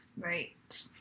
Right